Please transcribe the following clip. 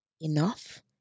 enough